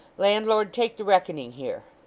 landlord, take the reckoning here